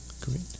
great